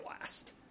last